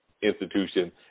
institution